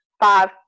five